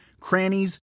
crannies